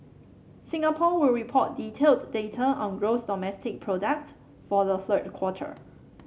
Singapore will report detailed data on gross domestic product for the third quarter